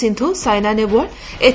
Sindhu Saina Nehwal H